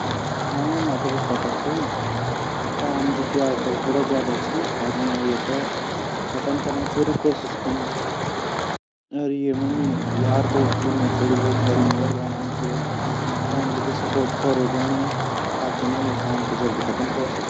हाँ मेते भी पता ची काम जु ची उ आजकल थोड़ा ज़्यादा ची अर मैं येते ख़तम कने पूरी कोशिश कनु अर येमा मेरा यार दोस्त भी मेरी थोड़ी भोत हेल्प कोर दयोंडा अर थोड़ा फॅमिली भी सपोर्ट कोर ही दयोंडी ताकि मैं ये काम ते जल्दी खत्म कोर सकू।